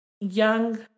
young